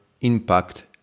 impact